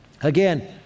Again